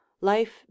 life